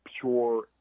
pure